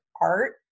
art